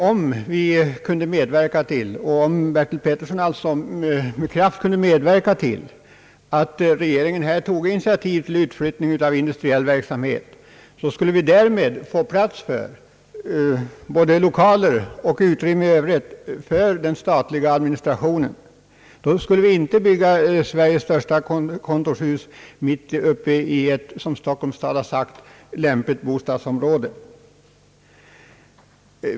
Om herr Petersson alltså med kraft kunde medverka till att regeringen toge initiativ till utflyttning av statlig industriell verksamhet, skulle vi därmed få både lokaler och utrymme i övrigt för den statliga administrationen och skulle inte behöva bygga Sveriges största kontorshus mitt uppe i ett, som Stockholms stad har sagt, lämpligt bostadsområde.